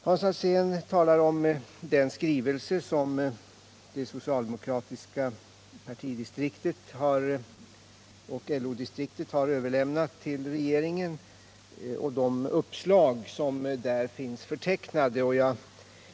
Hans Alsén talar om den skrivelse som det socialdemokratiska partidistriktet och LO-distriktet har överlämnat till regeringen och de uppslag som där finns förtecknade.